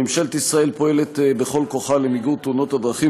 ממשלת ישראל פועלת בכל כוחה למיגור תאונות הדרכים,